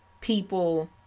people